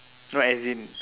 no as in